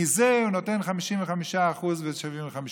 מזה הוא נותן 55% ו-75%,